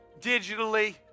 digitally